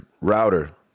router